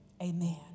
amen